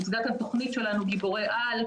תכנית שלנו "גיבורי על".